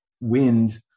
wind